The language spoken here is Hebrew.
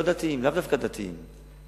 לאו דווקא דתיים,